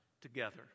together